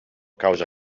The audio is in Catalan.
causa